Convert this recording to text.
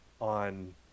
on